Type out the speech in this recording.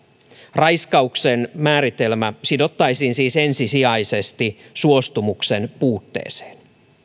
raiskauksen määritelmä sidottaisiin siis ensisijaisesti suostumuksen puutteeseen